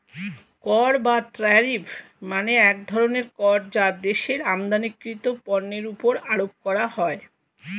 কর বা ট্যারিফ মানে এক ধরনের কর যা দেশের আমদানিকৃত পণ্যের উপর আরোপ করা হয়